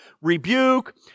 rebuke